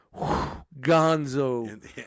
Gonzo